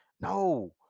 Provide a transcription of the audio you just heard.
No